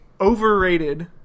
overrated